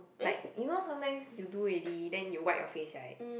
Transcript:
like you know sometimes you do already then you wipe your face right